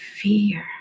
fear